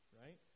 right